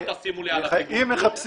אל תשימו לי על הפיגום כלום.